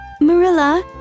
Marilla